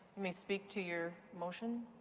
may speak to your motion.